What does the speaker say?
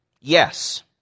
Yes